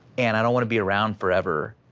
and i don't wanna be around forever,